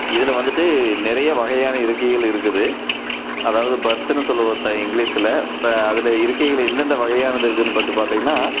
இதில் வந்துட்டு நிறைய வகையான இருக்கைகள் இருக்குது அதாவது பர்த்துன்னு சொல்லுவ த இங்கிலீஷில் இப்போ அதில் இருக்கைகள் எந்தெந்த வகையானது இருக்குதுன்னு பார்த்து பார்த்திங்கன்னா